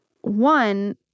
One